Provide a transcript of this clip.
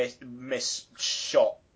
miss-shot